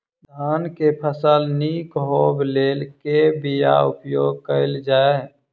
धान केँ फसल निक होब लेल केँ बीया उपयोग कैल जाय?